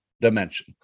dimension